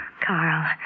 Carl